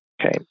Okay